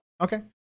Okay